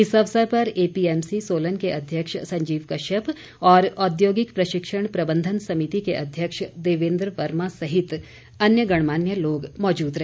इस अवसर पर एपीएमसी सोलन के अध्यक्ष संजीव कश्यप और औद्योगिक प्रशिक्षण प्रबंधन समिति के अध्यक्ष देवेन्द्र वर्मा सहित अन्य गणमान्य लोग मौजूद रहे